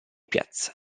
piazza